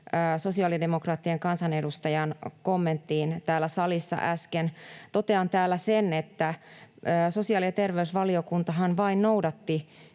sosiaalidemokraattien kansanedustajan, kommenttiin täällä salissa äsken totean täällä sen, että sosiaali- ja terveysvaliokuntahan vain noudatti